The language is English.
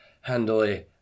Handily